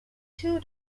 two